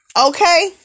Okay